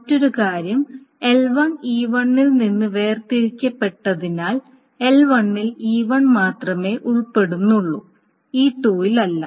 മറ്റൊരു കാര്യം L1 E1ൽ നിന്ന് വേർതിരിക്കപ്പെട്ടതിനാൽ L1ൽ E1 മാത്രമേ ഉൾപ്പെടുന്നുള്ളൂ E2 ൽ അല്ല